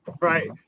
right